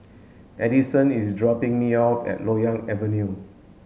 Adison is dropping me off at Loyang Avenue